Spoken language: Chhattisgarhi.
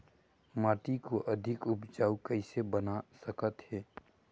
माटी को अधिक उपजाऊ कइसे बना सकत हे?